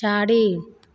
चारि